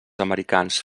americans